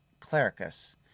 clericus